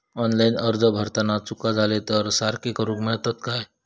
Online अर्ज भरताना चुका जाले तर ते सारके करुक मेळतत काय?